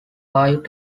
five